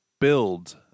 build